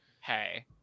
hey